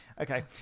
okay